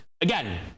again